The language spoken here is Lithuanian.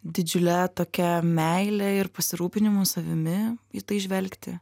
didžiule tokia meile ir pasirūpinimu savimi į tai žvelgti